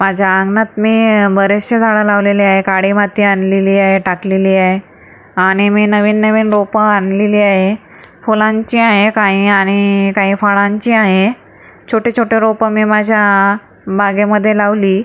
माझ्या अंगणात मी बरेचशे झाडं लावलेले आहे काळी माती आणलेली आहे टाकलेली आहे आणि मी नवीन नवीन रोपं आणलेली आहे फुलांची आहेत काही आणि काही फळांची आहे छोटे छोटं रोपं मी माझ्या बागेमध्ये लावली